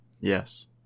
Yes